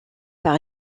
par